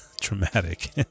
dramatic